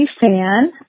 fan